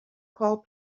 call